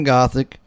Gothic